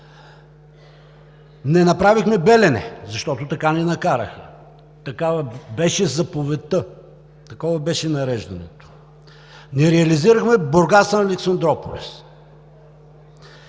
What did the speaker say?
Не направихме „Белене“, защото така ни накараха. Такава беше заповедта. Такова беше нареждането. Не реализирахме „Бургас – Александруполис“.